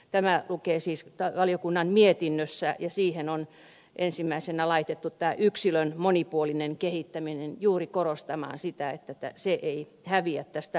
tämä lukee siis valiokunnan mietinnössä ja siihen on ensimmäisenä laitettu tämä yksilön monipuolinen kehittäminen juuri korostamaan sitä että se ei häviä tästä tavoitteesta